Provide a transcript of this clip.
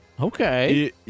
Okay